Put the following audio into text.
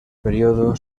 periodo